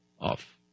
off